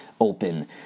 open